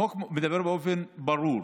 החוק מדבר באופן ברור: